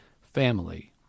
family